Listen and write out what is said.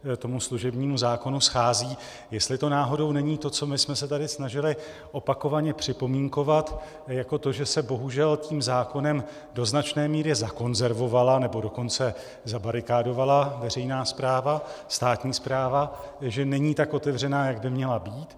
Co tomu služebnímu zákonu schází, jestli to náhodou není to, co my jsme se tady snažili opakovaně připomínkovat jako to, že se bohužel tím zákonem do značné míry zakonzervovala, nebo dokonce zabarikádovala veřejná správa, státní správa, že není tak otevřená, jak by měla být.